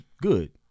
good